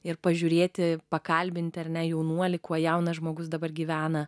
ir pažiūrėti pakalbinti ar ne jaunuoli kuo jaunas žmogus dabar gyvena